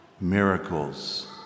miracles